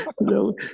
no